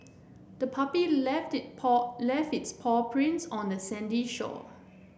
the puppy left it paw left its paw prints on the sandy shore